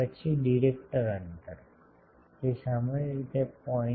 પછી ડિરેક્ટર અંતર તે સામાન્ય રીતે 0